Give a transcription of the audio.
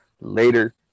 Later